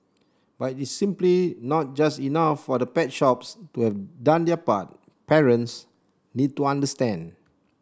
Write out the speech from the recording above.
but it's simply not just enough for the pet shops to have done their part parents need to understand